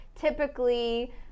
typically